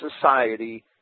society